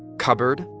cupboard,